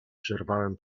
przerwałem